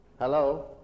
Hello